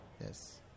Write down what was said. yes